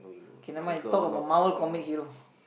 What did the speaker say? K nevermind talk about Marvel comic hero